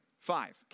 five